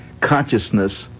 consciousness